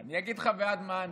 אני אגיד לך בעד מה,